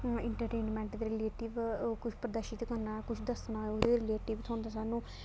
entertainment दे related कुछ प्रदर्शित करना कुछ दस्सना ओह्दे रिलेटिड थ्होंदा सानूं